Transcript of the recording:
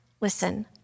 listen